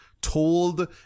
told